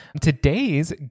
Today's